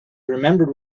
remembered